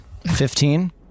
Fifteen